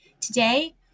Today